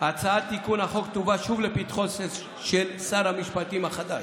הצעת תיקון החוק תובא שוב לפתחו של שר המשפטים החדש.